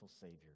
Savior